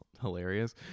Hilarious